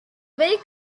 very